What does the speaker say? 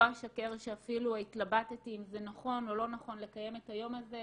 לא אשקר שאפילו התלבטתי אם זה נכון או לא נכון לקיים את היום הזה.